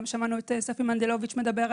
גם שמענו את ספי מנדלוביץ מדבר,